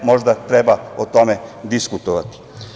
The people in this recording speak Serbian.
Možda treba o tome diskutovati.